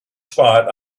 spot